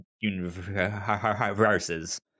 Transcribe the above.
universes